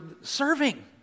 serving